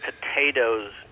potatoes